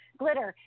glitter